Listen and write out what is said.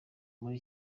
muri